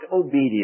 obedience